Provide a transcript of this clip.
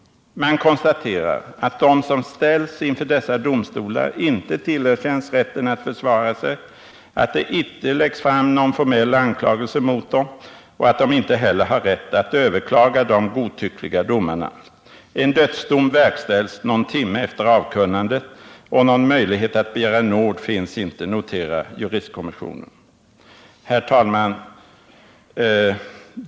Man konstaterar att de som ställs inför dessa domstolar inte tillerkänns rätten att försvara sig, att det inte läggs fram någon formell anklagelse mot dem och att de inte heller har rätt att överklaga de godtyckliga domarna. En dödsdom verkställs någon timme efter avkunnandet, och någon möjlighet att begära nåd finns inte, noterar juristkommissionen. Herr talman!